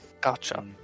Gotcha